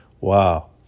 Wow